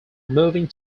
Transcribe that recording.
moving